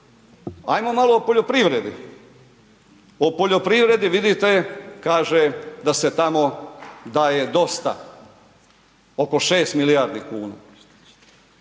Ajmo malo o poljoprivredi. O poljoprivredi vidite, kaže da se tamo daje dosta, oko 6 milijardi kuna.